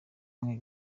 umwe